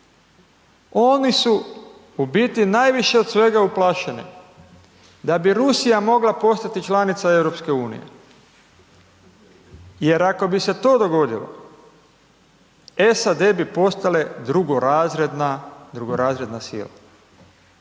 Oni su u biti najviše od svega uplašeni da bi Rusija mogla postati članica EU jer ako bi se to dogodilo, SAD bi postale drugorazredna sila.